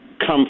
come